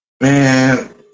Man